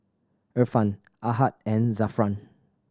Irfan Ahad and Zafran